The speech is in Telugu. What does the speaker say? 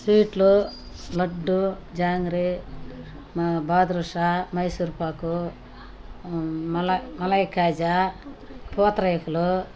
స్వీట్లు లడ్డు జాంగ్రి మా బాదుషా మైసూర్పాకు మలై మలై కాజా పూతరేకులు